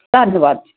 ਧੰਨਵਾਦ ਜੀ